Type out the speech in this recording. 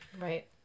Right